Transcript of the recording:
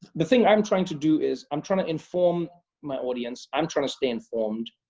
the thing i'm trying to do is i'm trying to inform my audience. i'm trying to stay informed.